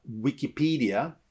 Wikipedia